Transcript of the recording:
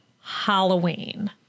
halloween